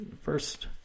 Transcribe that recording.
first